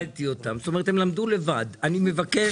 אנחנו מתחילים בסעיף 5(4)(א), במקום המילים "הגשת